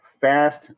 fast